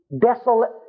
Desolate